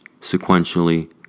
sequentially